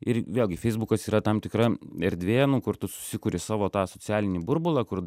ir vėlgi feisbukas yra tam tikra erdvė nu kur tu susikuri savo tą socialinį burbulą kur